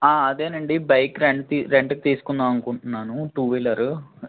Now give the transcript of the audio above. అదేనండి bike rent రెంట్కి తెసుకుందాం అంకుంటున్నాను టూ వీలరు